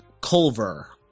Culver